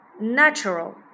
Natural